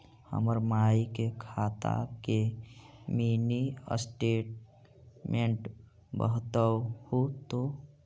हमर माई के खाता के मीनी स्टेटमेंट बतहु तो?